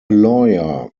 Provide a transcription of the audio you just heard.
lawyer